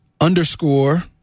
underscore